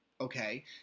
okay